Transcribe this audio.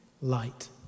light